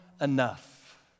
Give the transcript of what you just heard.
enough